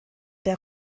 der